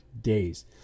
days